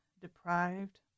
deprived